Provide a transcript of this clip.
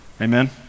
Amen